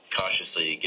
cautiously